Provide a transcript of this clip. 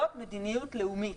זאת מדיניות לאומית.